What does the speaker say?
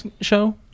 show